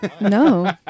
No